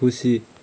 खुसी